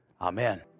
Amen